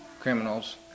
criminals